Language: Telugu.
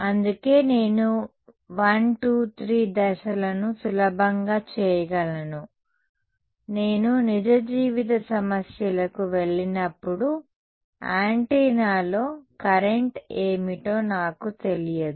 అందుకే నేను 1 2 3 దశలను సులభంగా చేయగలను నేను నిజ జీవిత సమస్యలకు వెళ్లినప్పుడు యాంటెన్నాలో కరెంట్ ఏమిటో నాకు తెలియదు